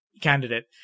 candidate